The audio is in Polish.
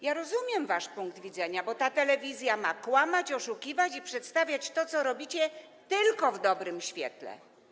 Ja rozumiem wasz punkt widzenia, bo ta telewizja ma kłamać, oszukiwać i przedstawiać to, co robicie, tylko w dobrym świetle.